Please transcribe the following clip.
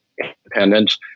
independence